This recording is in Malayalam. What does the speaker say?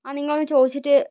ആ നിങ്ങളൊന്ന് ചോദിച്ചിട്ട്